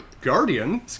guardian